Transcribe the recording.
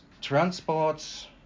transports